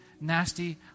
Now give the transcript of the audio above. nasty